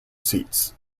seats